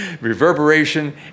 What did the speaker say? reverberation